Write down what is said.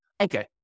Okay